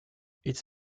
its